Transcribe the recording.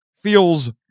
feels